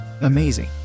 Amazing